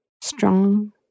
strong